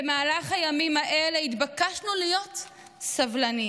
במהלך הימים האלה התבקשנו להיות סבלנים.